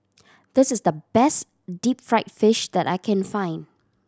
this is the best deep fried fish that I can find